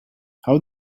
how